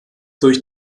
durch